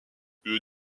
une